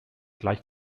gleich